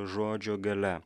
žodžio galia